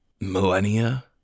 Millennia